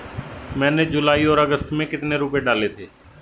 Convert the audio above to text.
मैंने जुलाई और अगस्त में कितने रुपये डाले थे?